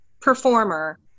performer